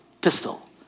pistol